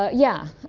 yeah,